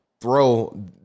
throw